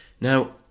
Now